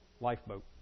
lifeboat